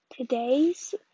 Today's